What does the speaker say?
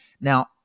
Now